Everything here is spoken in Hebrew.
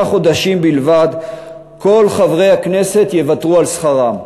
חודשים בלבד כל חברי הכנסת יוותרו על שכרם.